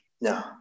No